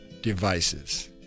devices